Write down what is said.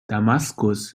damaskus